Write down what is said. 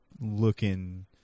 looking